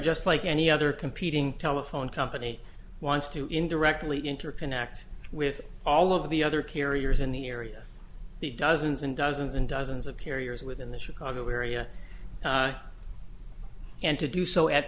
just like any other competing telephone company wants to indirectly interconnect with all of the other carriers in the area the dozens and dozens and dozens of carriers within the chicago area and to do so at